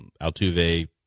Altuve